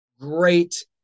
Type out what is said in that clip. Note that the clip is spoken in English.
great